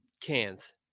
cans